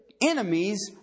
enemies